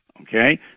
Okay